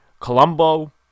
Colombo